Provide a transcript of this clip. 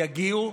יגיעו,